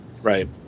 Right